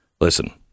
Listen